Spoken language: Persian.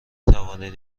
توانید